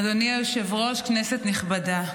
אדוני היושב-ראש, כנסת נכבדה,